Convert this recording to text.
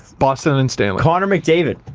boston and stanley. connor mcdavid,